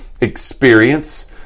experience